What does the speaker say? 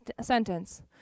sentence